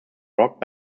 rock